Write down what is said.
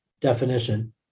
definition